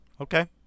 okay